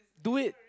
do it